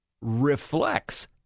reflects